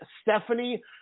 Stephanie